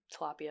tilapia